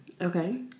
Okay